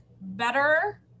better